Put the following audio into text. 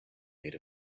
made